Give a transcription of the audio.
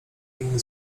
inny